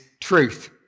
truth